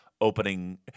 opening